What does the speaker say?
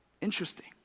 Interesting